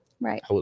Right